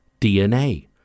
DNA